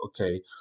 okay